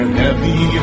heavy